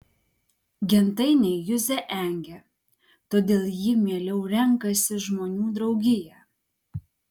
gentainiai juzę engia todėl ji mieliau renkasi žmonių draugiją